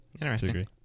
Interesting